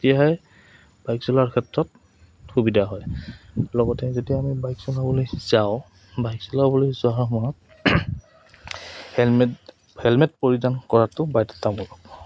তেতিয়াই বাইক চলোৱাৰ ক্ষেত্ৰত সুবিধা হয় লগতে যেতিয়া আমি বাইক চলাবলৈ যাওঁ বাইক চলাবলৈ যোৱাৰ সময়ত হেলমেট হেলমেট পৰিধান কৰাটো বাধ্যতামূলক